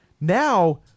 now